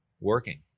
working